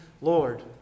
Lord